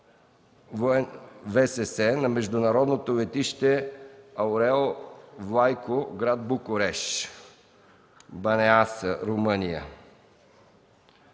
ВВС на международното летище „Аурел Влайку”, град Букурещ, „Банеаса”, Румъния